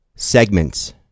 segments